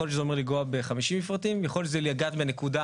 יכול להיות שזה אומר לגעת ב-50 מפרטים ויכול להיות שזה לגעת בנקודה,